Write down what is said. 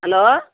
hello